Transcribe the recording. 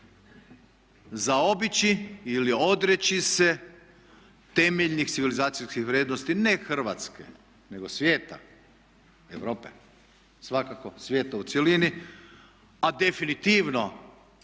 zaobići ili odreći se temeljnih civilizacijskih vrijednosti ne Hrvatske nego svijeta, Europe, svakako svijeta u cjelini a definitivno